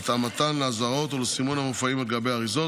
התאמתן לאזהרות ולסימון המופיעים על גבי האריזות